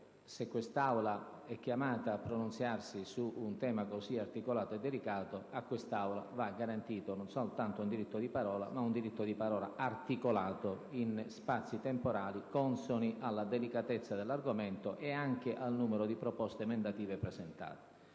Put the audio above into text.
se quest'Aula è chiamata a pronunziarsi su un tema così articolato e delicato, le va assicurato non soltanto il diritto di parola, ma un diritto di parola articolato in spazi temporali consoni alla delicatezza dell'argomento ed anche al numero di proposte emendative presentate.